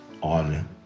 on